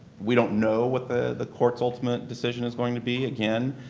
we don't know what the the court's ultimate decision is going to be. again,